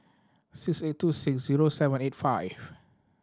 six eight two six zero seven eight five